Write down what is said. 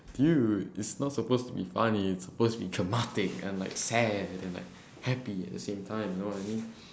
dude it's not supposed to be funny it's supposed to be dramatic and like sad and like happy at the same time you know what I mean